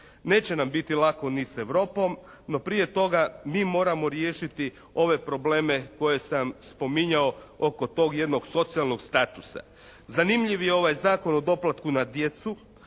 Neće nam biti lako ni s Europom no prije toga mi moramo riješiti ove probleme koje sam spominjao oko tog jednog socijalnog statusa. Zanimljiv je ovaj Zakon o doplatku na djecu